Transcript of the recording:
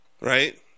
right